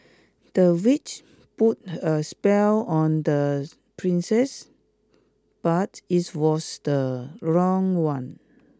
the witch put a spell on the princess but it was the wrong one